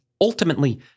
ultimately